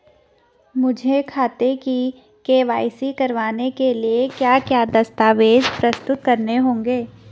मुझे खाते की के.वाई.सी करवाने के लिए क्या क्या दस्तावेज़ प्रस्तुत करने होंगे?